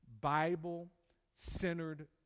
Bible-centered